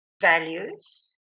values